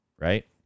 right